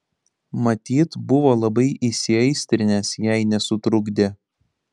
matyt buvo labai įsiaistrinęs jei nesutrukdė